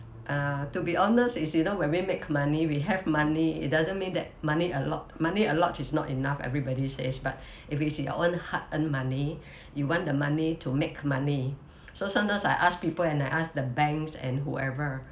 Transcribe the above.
uh to be honest is you know when we make money we have money it doesn't mean that money a lot money a lot is not enough everybody says but if it's your hard earned money you want the money to make money so sometimes I ask people and I asked the banks and whoever